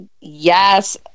Yes